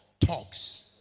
talks